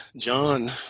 John